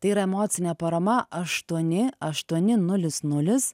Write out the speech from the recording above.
tai yra emocinė parama aštuoni aštuoni nulis nulis